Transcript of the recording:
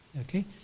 okay